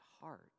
heart